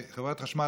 חברת החשמל,